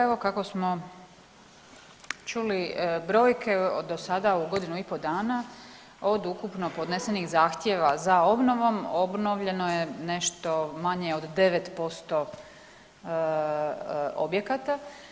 Evo kako smo čuli brojke do sada u godinu i po dana od ukupno podnesenih zahtjeva za obnovom obnovljeno je nešto manje od 9% objekata.